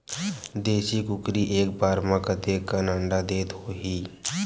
देशी कुकरी एक बार म कतेकन अंडा देत होही?